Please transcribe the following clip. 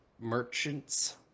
merchants